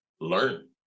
learn